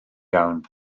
iawn